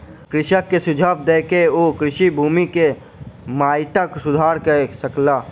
कृषक के सुझाव दय के ओ कृषि भूमि के माइटक सुधार कय सकला